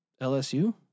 LSU